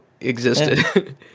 existed